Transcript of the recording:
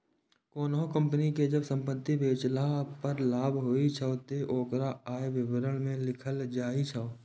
कोनों कंपनी कें जब संपत्ति बेचला पर लाभ होइ छै, ते ओकरा आय विवरण मे लिखल जाइ छै